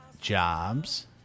jobs